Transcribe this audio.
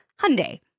Hyundai